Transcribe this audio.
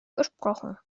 gesprochen